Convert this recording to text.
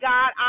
God